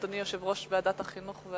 אדוני יושב-ראש ועדת החינוך,